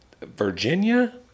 Virginia